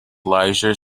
leisure